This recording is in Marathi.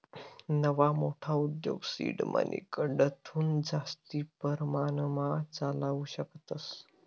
नवा मोठा उद्योग सीड मनीकडथून जास्ती परमाणमा चालावू शकतस